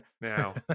now